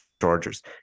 Chargers